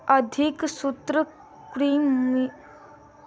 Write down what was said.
अधिक सूत्रकृमिनाशक के उपयोग सॅ नर प्रजनन प्रभावित होइत अछि